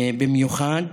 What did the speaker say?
במיוחד.